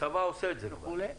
הצבא עושה את זה כבר.